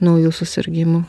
naujų susirgimų